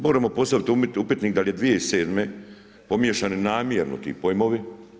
Moramo postaviti upitnik da li je 2007. pomiješani namjerni ti pojmovi.